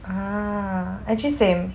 ah actually same